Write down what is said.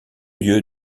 lieues